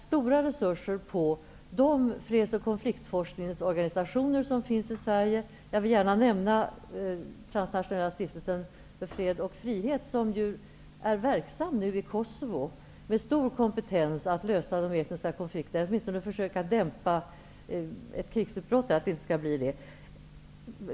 Jag vill gärna nämna Transnationella stiftelsen för fred och frihet, som nu är verksam i Kosovo, med stor kompetens att lösa de etniska konflikterna eller åtminstone försöka förhindra ett krigsutbrott där.